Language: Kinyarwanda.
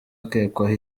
akekwaho